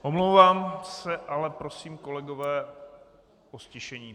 Omlouvám se, ale prosím, kolegové, o ztišení.